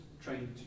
trained